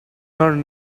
not